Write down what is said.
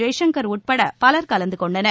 ஜெய்சுங்கர் உட்பட பலர் கலந்து கொண்டனர்